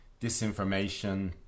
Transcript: disinformation